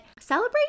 celebrate